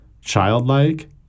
Childlike